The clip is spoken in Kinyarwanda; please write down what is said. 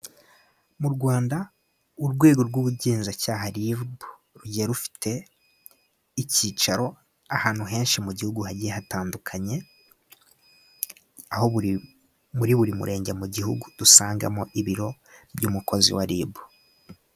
Mu Rwanda, urwego rw'ubugenzacyaha Ribu rugiye rufite icyicaro ahantu henshi mu gihugu hagiye hatandukanye, aho muri buri murenge mu gihugu dusangamo ibiro by'umukozi wa Ribu.